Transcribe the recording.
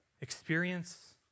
experience